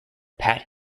pat